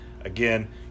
again